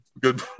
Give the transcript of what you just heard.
good